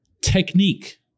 technique